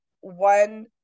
one